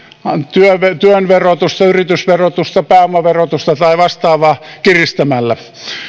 työn työn verotusta yritysverotusta pääomaverotusta tai vastaavaa kiristämällä